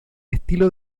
estilo